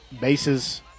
Bases